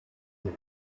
heat